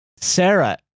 Sarah